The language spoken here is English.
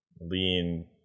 lean